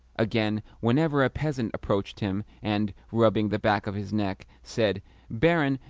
again, whenever a peasant approached him and, rubbing the back of his neck, said barin,